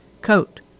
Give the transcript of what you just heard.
Coat